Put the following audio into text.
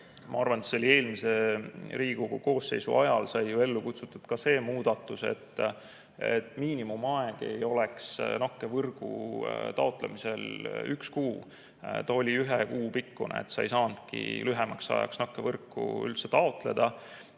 ma arvan, et see oli eelmise Riigikogu koosseisu ajal – sai ju ellu kutsutud ka see muudatus, et miinimumaeg ei oleks nakkevõrgu taotlemisel üks kuu. See aeg oli ühe kuu pikkune, sa ei saanudki lühemaks ajaks nakkevõrku üldse taotleda.